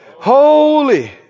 Holy